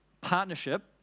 partnership